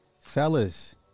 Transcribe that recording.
Fellas